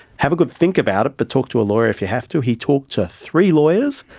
have a good think about it but talk to a lawyer if you have to. he talked to three lawyers,